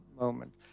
moment